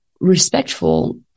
respectful